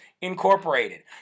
Incorporated